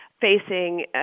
facing